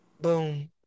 Boom